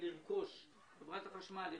את חברת החשמל,